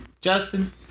Justin